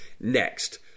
next